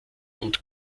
und